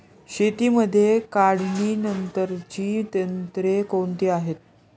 शेतीमध्ये काढणीनंतरची तंत्रे कोणती आहेत?